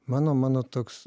mano mano toks